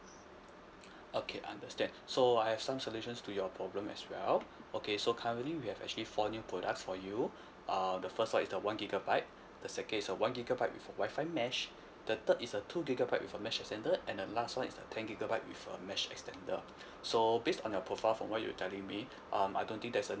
okay understand so I have some solutions to your problem as well okay so currently we have actually four new products for you uh the first [one] is the one gigabyte the second is a one gigabyte with a WI-FI mesh the third is a two gigabyte with a mesh extender and the last [one] is the ten gigabyte with a mesh extender so based on your profile from what you telling me um I don't think there's a